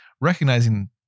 recognizing